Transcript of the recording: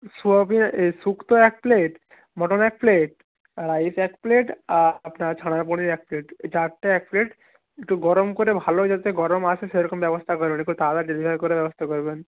soybean এই শুক্তো এক প্লেট মাটন এক প্লেট রাইস এক প্লেট আর আপনার ছানার পনির এক প্লেট এই চারটে এক প্লেট একটু গরম করে ভালো যাতে গরম আসে সেরকম ব্যবস্থা করবেন একটু তাড়াতাড়ি ডেলিভারি করার ব্যবস্থা করবেন